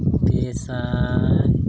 ᱯᱮ ᱥᱟᱭ